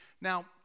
Now